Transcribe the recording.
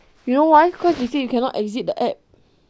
you know why cause he said you cannot exit the app